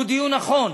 הוא דיון נכון,